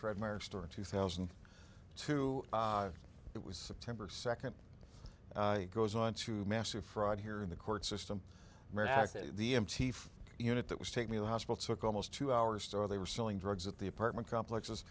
fred meyer store in two thousand and two it was september second goes on to massive fraud here in the court system unit that was taking the hospital took almost two hours or they were selling drugs at the apartment complex